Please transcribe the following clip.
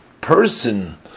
person